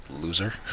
Loser